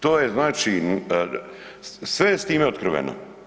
To je znači, sve je s time otkriveno.